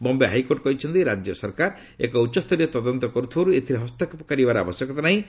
Bombay high court କହିଛନ୍ତି ରାଜ୍ୟ ସରକାର ଏକ ଉଚ୍ଚସ୍ତରୀୟ ତଦନ୍ତ କର୍ଥୁବାରୁ ଏଥିରେ ହସ୍ତକ୍ଷେପ କରିବାର ଆବଶ୍ୱକତା ନାହିଁ